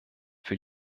für